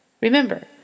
Remember